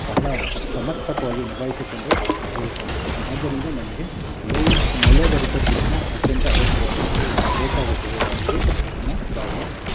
ಬಹಳ ಸಮರ್ಪಕವಾಗಿ ನಿಭಾಯಿಸಿಕೊಂಡು ಹೋಗುತ್ತಾನೆ ಆದ್ದರಿಂದ ನಮಗೆ ಎಲ್ಲವೂ ಮೌಲ್ಯಾಧಾರಿತ ಶಿಕ್ಷಣ ಅತ್ಯಂತ ಅಗತ್ಯವಾಗಿ ಬೇಕಾಗುತ್ತದೆ ಎಂಬುದು ನನ್ನ ಭಾವನೆಯಾಗಿದೆ